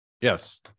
yes